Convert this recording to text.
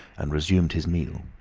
and resumed his meal.